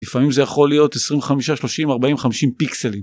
לפעמים זה יכול להיות 25, 30, 40, 50 פיקסלים.